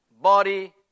body